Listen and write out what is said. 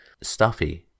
stuffy